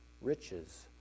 riches